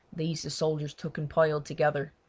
these the soldiers took and piled together.